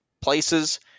places